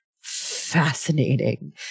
fascinating